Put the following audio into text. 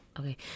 okay